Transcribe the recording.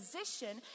position